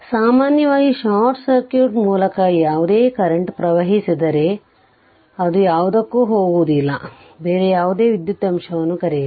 ಆದ್ದರಿಂದ ಸಾಮಾನ್ಯವಾಗಿ short circuit ಮೂಲಕ ಯಾವುದೇ ಕರೆಂಟ್ ಪ್ರವಹಿಸಿದರೆ ಅದು ಯಾವುದಕ್ಕೂ ಹೋಗುವುದಿಲ್ಲ ಬೇರೆ ಯಾವುದೇ ವಿದ್ಯುತ್ ಅಂಶವನ್ನು ಕರೆಯಿರಿ